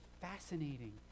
fascinating